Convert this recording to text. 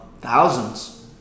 thousands